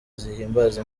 zihimbaza